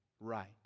right